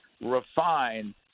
refine